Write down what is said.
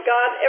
God